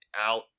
out